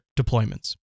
deployments